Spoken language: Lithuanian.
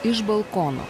iš balkono